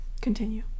Continue